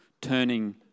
Turning